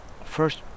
first